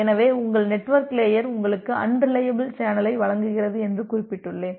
எனவே உங்கள் network layer உங்களுக்கு அன்ரிலையபில் சேனலை வழங்குகிறது என்று குறிப்பிட்டுள்ளேன்